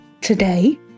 Today